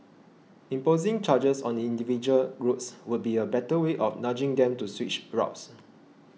imposing charges on the individual roads will be a better way of nudging them to switch routes